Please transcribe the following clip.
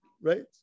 right